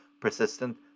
persistent